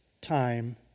time